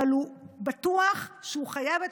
אבל הוא בטוח שהוא חייב,